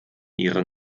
ihre